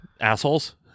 Assholes